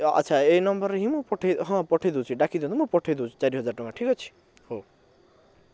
ଆଚ୍ଛା ଏଇ ନମ୍ବରରେ ହିଁ ମୁଁ ପଠାଇ ହଁ ମୁଁ ପଠାଇ ଦେଉଛି ଡାକି ଦିଅନ୍ତୁ ମୁଁ ପଠାଇ ଦେଉଛି ଚାରିହଜାର ଟଙ୍କା ଠିକ୍ ଅଛି ହଉ